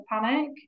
panic